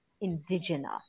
indigenous